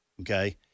Okay